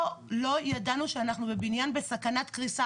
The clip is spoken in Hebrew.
לא ידענו שאנחנו בניין בסכנת קריסה.